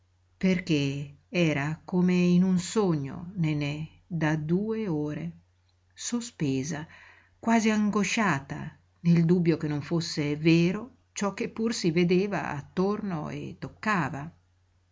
perché era come in un sogno nenè da due ore sospesa quasi angosciata nel dubbio che non fosse vero ciò che pur si vedeva attorno e toccava